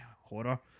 horror